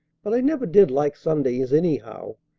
but i never did like sundays anyhow!